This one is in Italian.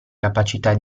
capacità